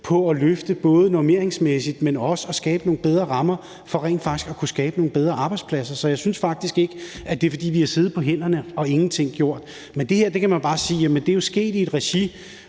både at løfte normeringsmæssigt, men også at skabe nogle bedre rammer for rent faktisk at kunne skabe nogle bedre arbejdspladser. Så jeg synes faktisk ikke, det er, fordi vi har siddet på hænderne og ingenting gjort. Men det her kan man bare sige er sket i et regi,